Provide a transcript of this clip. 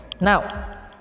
Now